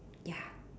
ya